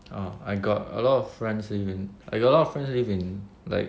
ah I got a lot of friends live in I got a lot of friends live in like